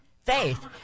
faith